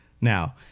Now